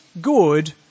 good